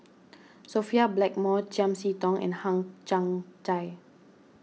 Sophia Blackmore Chiam See Tong and Hang Chang Chieh